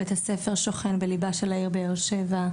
בית הספר שלנו שוכן בלב ליבה של העיר באר שבע,